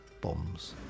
bombs